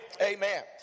Amen